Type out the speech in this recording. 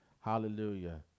Hallelujah